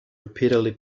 repeatedly